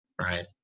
right